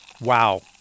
Wow